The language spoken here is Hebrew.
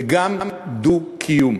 וגם דו-קיום.